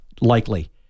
likely